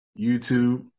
YouTube